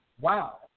Wow